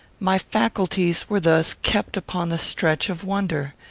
my faculties were thus kept upon the stretch of wonder.